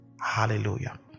Hallelujah